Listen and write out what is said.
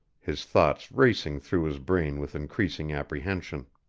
his thoughts racing through his brain with increasing apprehension.